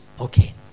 Okay